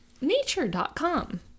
Nature.com